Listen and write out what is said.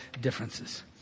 differences